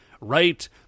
right